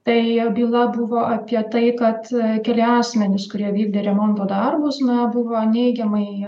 tai byla buvo apie tai kad keli asmenys kurie vykdė remonto darbus na buvo neigiamai